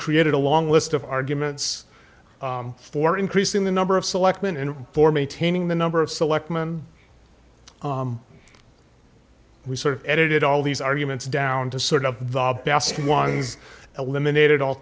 created a long list of arguments for increasing the number of selectmen and for maintaining the number of selectmen we sort of edited all these arguments down to sort of the best ones eliminated all